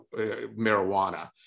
marijuana